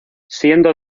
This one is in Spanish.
siendo